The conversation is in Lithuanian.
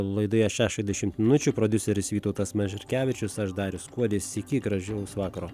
laidoje šešiasdešimt minučių prodiuseris vytautas mažerkevičius aš darius kuodis iki gražaus vakaro